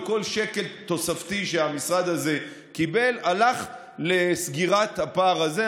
וכל שקל תוספתי שהמשרד הזה קיבל הלך לסגירת הפער הזה,